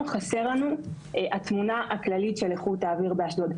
חסר לנו גם התמונה הכללית של איכות האוויר באשדוד.